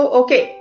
okay